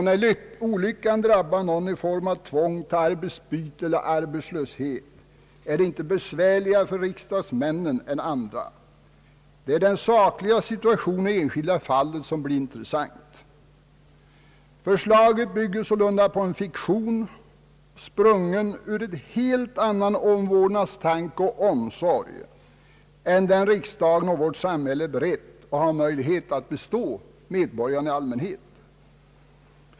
När olyckan drabbar någon i form av tvång till arbetsbyte eller arbetslöshet, är det inte besvärligare för riksdagsmännen än för andra. Det är den sakliga situationen i det enskilda fallet som blir intressant. Förslaget bygger sålunda på en fiktion, sprungen ur en helt annan omvårdnadstanke och omsorg än den som riksdagen och vårt samhälle är beredda och har möjlighet att bestå medborgarna i allmänhet.